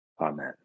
Amen